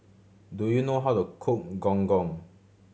do you know how to cook Gong Gong